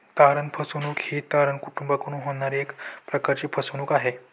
तारण फसवणूक ही तारण कुटूंबाकडून होणारी एक प्रकारची फसवणूक आहे